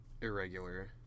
irregular